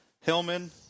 Hillman